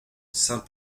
saint